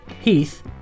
Heath